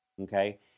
okay